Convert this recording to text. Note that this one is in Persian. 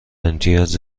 امتیاز